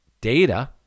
data